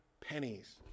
pennies